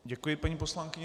Děkuji paní poslankyni.